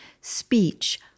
Speech